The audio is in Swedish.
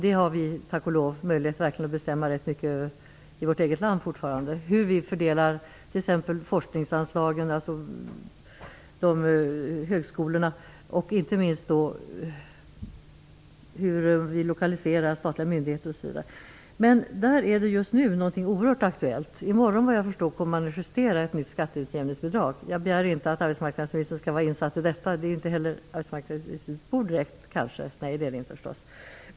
Den har vi tack lov möjlighet att bestämma ganska mycket över i vårt eget land fortfarande. Det gäller t.ex. hur vi fördelar forskningsanslagen mellan högskolorna och inte minst hur vi lokaliserar statliga myndigheter. Där finns det något som är oerhört aktuellt. I morgon kommer man vad jag förstår att justera ett nytt skatteutjämningsbidrag. Jag begär inte att arbetsmarknadsministern skall vara insatt i detta. Det är ju inte heller arbetsmarknadsministerns bord.